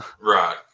Right